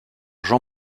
jean